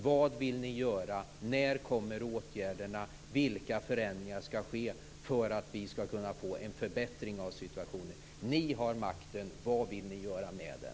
Vad vill ni göra? När kommer åtgärderna? Vilka förändringar skall ske för att vi skall kunna få en förbättring av situationen? Ni har makten. Vad vill ni göra med den?